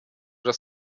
das